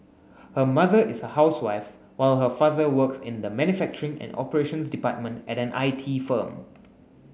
her mother is a housewife while her father works in the manufacturing and operations department at an I T firm